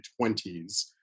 20s